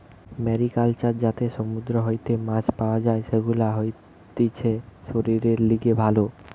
mariculture যাতে সমুদ্র হইতে মাছ পাওয়া যাই, সেগুলা হতিছে শরীরের লিগে ভালো